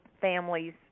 families